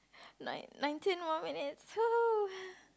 nine nineteen more minutes !woohoo!